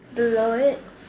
below it